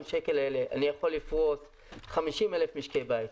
שקל האלה אני יכול לפרוס 50,000 משקי בית,